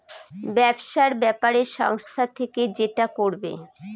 ব্যবসার ব্যাপারে সংস্থা থেকে যেটা করবে